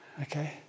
okay